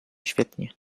świetnie